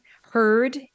Heard